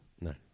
No